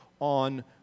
on